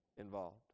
involved